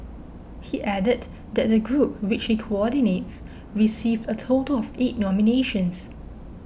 he added that the group which he coordinates received a total of eight nominations